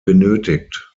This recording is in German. benötigt